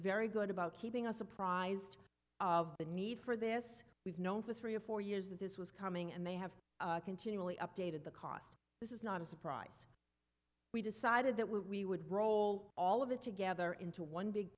very good about keeping us apprised of the need for this we've known for three or four years that this was coming and they have continually updated the cost this is not a surprise we decided that we would roll all of it together into one big